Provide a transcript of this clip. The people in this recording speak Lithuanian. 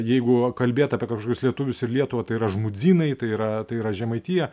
jeigu kalbėt apie kažkokius lietuvius ir lietuvą tai yra žmudzynai tai yra tai yra žemaitija